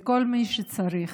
לכל מי שצריך.